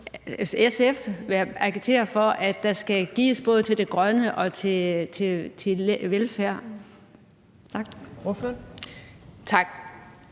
SF agitere for, at der skal gives til både det grønne og til velfærd.